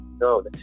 no